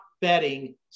betting